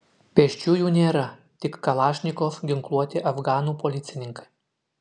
pėsčiųjų nėra tik kalašnikov ginkluoti afganų policininkai